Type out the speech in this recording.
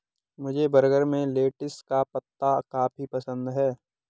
मुझे बर्गर में लेटिस का पत्ता काफी पसंद है